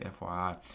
FYI